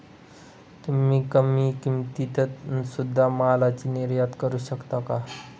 तुम्ही कमी किमतीत सुध्दा मालाची निर्यात करू शकता का